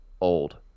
old –